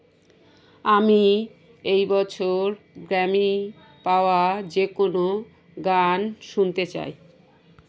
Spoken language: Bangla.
আমি এই বছর গ্রামী পাওয়া যে কোনো গান শুনতে চাই